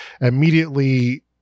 immediately